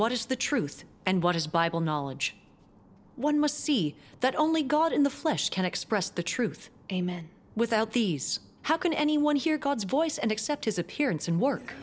what is the truth and what is bible knowledge one must see that only god in the flesh can express the truth amen without these how can anyone hear god's voice and accept his appearance and work